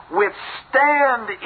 withstand